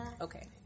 Okay